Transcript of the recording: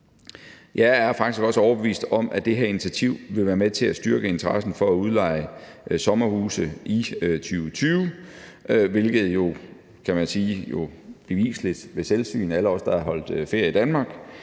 også overbevist om, at det her initiativ vil være med til at styrke interessen for at udleje sommerhuse i 2020, hvilket jo, kan man sige, er bevisligt ved selvsyn. Alle os, der har holdt ferie i Danmark,